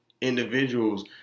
individuals